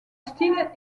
style